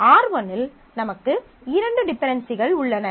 R1 இல் நமக்கு இரண்டு டிபென்டென்சிகள் உள்ளன